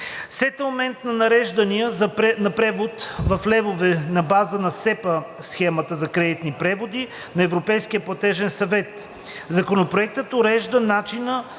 Сетълментът на нареждания на преводи в левове на базата на SEPA схемата за кредитни преводи на Европейския платежен съвет. Законопроектът урежда начина